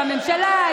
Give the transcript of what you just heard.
בממשלה,